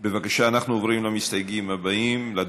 בבקשה, אנחנו עוברים למסתייגים הבאים, לדוברים,